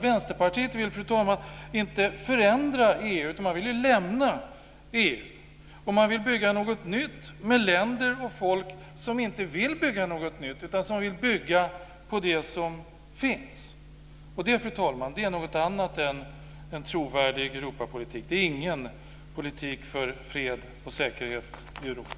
Vänsterpartiet vill, fru talman, inte förändra EU, utan man vill ju lämna EU. Man vill bygga något nytt med länder och folk som inte vill bygga något nytt utan som vill bygga vidare på det som finns. Det är något annat än trovärdig Europapolitik. Det är ingen politik för fred och säkerhet i Europa.